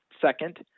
Second